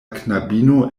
knabino